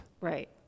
Right